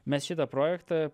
mes šitą projektą